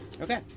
Okay